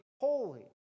holy